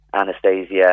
Anastasia